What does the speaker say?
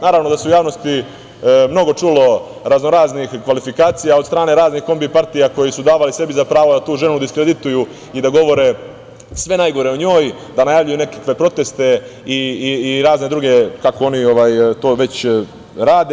Naravno da se u javnosti mnogo čulo raznoraznih kvalifikacija od strane raznih kombi partija koje su davale sebi za pravo da tu ženu diskredituju i da govore sve najgore o njoj, da najavljuju nekakve proteste i razne druge, kako oni već to rade.